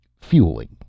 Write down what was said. Fueling